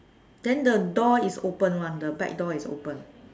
then the door is open [one] the back door is open